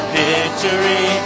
victory